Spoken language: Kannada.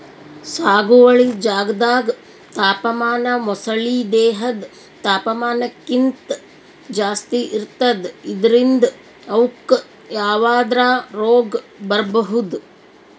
ಸಾಗುವಳಿ ಜಾಗ್ದಾಗ್ ತಾಪಮಾನ ಮೊಸಳಿ ದೇಹದ್ ತಾಪಮಾನಕ್ಕಿಂತ್ ಜಾಸ್ತಿ ಇರ್ತದ್ ಇದ್ರಿಂದ್ ಅವುಕ್ಕ್ ಯಾವದ್ರಾ ರೋಗ್ ಬರ್ಬಹುದ್